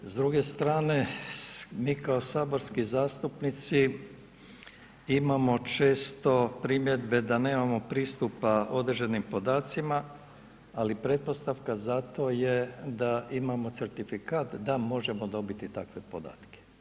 S druge strane, mi kao saborski zastupnici imamo često primjedbe da nemamo pristupa određenim podacima ali pretpostavka za to je da imamo certifikat da možemo dobiti takve podatke.